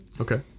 Okay